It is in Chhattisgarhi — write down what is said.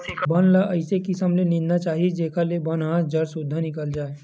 बन ल अइसे किसम ले निंदना चाही जेखर ले बन ह जर सुद्धा निकल जाए